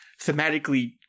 thematically